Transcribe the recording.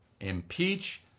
Impeach